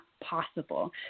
possible